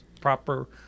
proper